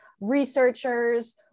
researchers